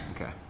Okay